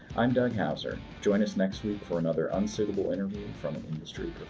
i'm doug houser. join us next week for another unsuitable interview from an industry